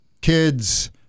kids